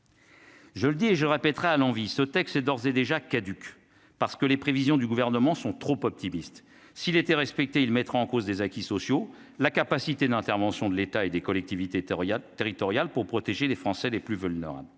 Je le dis et je le répéterai à l'envi, ce texte est d'ores et déjà caduc, parce que les prévisions du gouvernement sont trop optimistes, s'il était respecté, il mettra en cause des acquis sociaux, la capacité d'intervention de l'État et des collectivités Tériade territoriale pour protéger les Français les plus vulnérables,